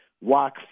walk